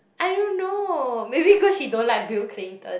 I don't know maybe because she don't like Bill Clinton